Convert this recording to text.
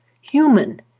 human